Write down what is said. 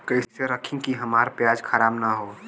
कइसे रखी कि हमार प्याज खराब न हो?